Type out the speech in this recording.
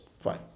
Fine